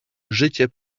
zycie